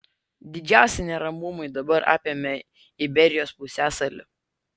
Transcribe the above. didžiausi neramumai dabar apėmę iberijos pusiasalį